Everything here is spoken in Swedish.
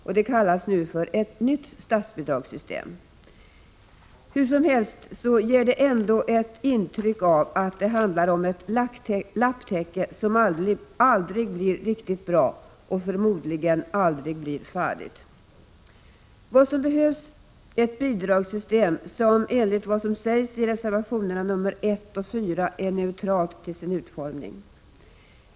Man kallar det ”ett nytt statsbidragssystem”. Hur som helst får man intrycket att det handlar om ett lapptäcke som aldrig blir riktigt bra och förmodligen aldrig blir färdigt. Vad som behövs är ett bidragssystem som enligt vad som sägs i reservationerna nr 1 och 4 är neutralt till sin utformning.